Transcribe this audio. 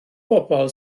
bobl